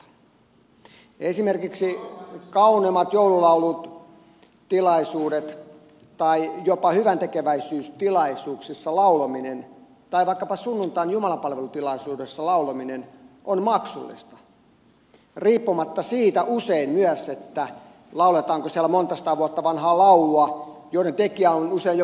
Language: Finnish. esimerkiksi kauneimmat joululaulut tilaisuudet tai jopa hyväntekeväisyystilaisuuksissa laulaminen tai vaikkapa sunnuntain jumalanpalvelustilaisuudessa laulaminen on maksullista usein myös riippumatta siitä lauletaanko siellä monta sataa vuotta vanhaa laulua jonka tekijä on usein jopa tuntematon